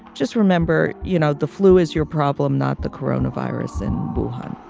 just remember, you know, the flu is your problem, not the corona virus in bohun